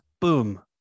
boom